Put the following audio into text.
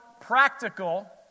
practical